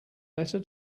letter